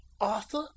Arthur